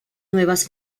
nuevas